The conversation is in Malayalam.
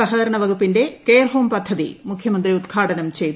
സഹകരണ വകുപ്പിന്റെ കെയർഹോം പദ്ധതി മുഖ്യമന്ത്രി ഉദ്ഘാടനം ചെയ്തു